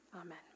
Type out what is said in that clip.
Amen